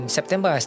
September